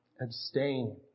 Abstain